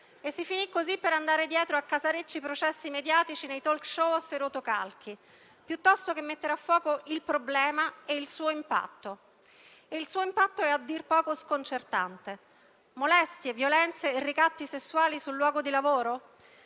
finendo così per andare dietro a casarecci processi mediatici nei *talk show* o sui rotocalchi, anziché mettere a fuoco il problema e il suo impatto. Tale impatto è a dir poco sconcertante. Molestie, violenze e ricatti sessuali sul luogo di lavoro: